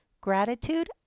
Gratitude